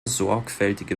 sorgfältige